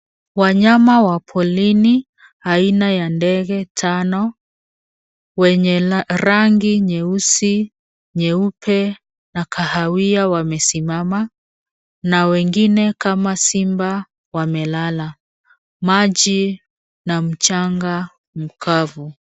Wanyama wa porini aina ya ndege tano, wenye rangi nyeusi, nyeupe na kahawia wamesimama, na wengine kama simba wamelala, maji na mchanga mkavu.